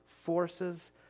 forces